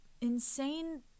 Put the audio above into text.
insane